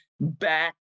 back